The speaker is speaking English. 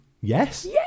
Yes